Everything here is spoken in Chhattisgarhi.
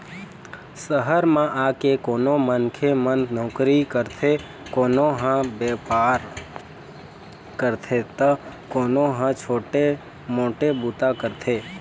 सहर म आके कोनो मनखे मन नउकरी करथे, कोनो ह बेपार करथे त कोनो ह छोटे मोटे बूता करथे